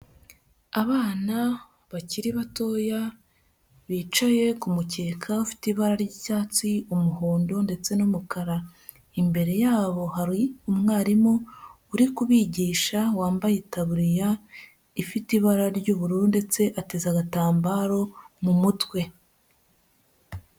Abana bakiri batoya bicaye ku mukeka ufite ibara ry'icyatsi, umuhondo ndetse n'umukara, imbere yabo hari umwarimu uri kubigisha wambaye itaburiya ifite ibara ry'ubururu ndetse ateze agatambaro mu mutwe.